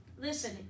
listen